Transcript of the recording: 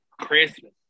Christmas